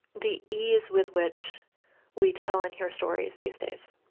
the ease with which we tell and hear stories these days,